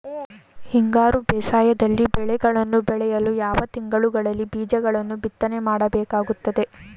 ಹಿಂಗಾರು ಬೇಸಾಯದಲ್ಲಿ ಬೆಳೆಗಳನ್ನು ಬೆಳೆಯಲು ಯಾವ ತಿಂಗಳುಗಳಲ್ಲಿ ಬೀಜಗಳನ್ನು ಬಿತ್ತನೆ ಮಾಡಬೇಕಾಗುತ್ತದೆ?